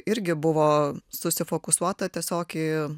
irgi buvo susifokusuota tiesiog į